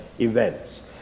events